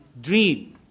dream